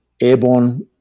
airborne